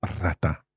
rata